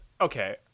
okay